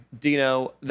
Dino